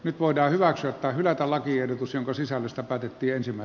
nyt voidaan hyväksyä tai hylätä lakiehdotus jonka sisällöstä päätettiin simo